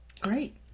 Great